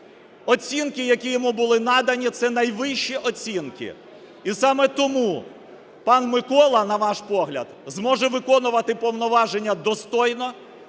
оцінки, які йому були надані, – це найвищі оцінки. І саме тому пан Микола, на наш погляд, зможе виконувати повноваження достойно,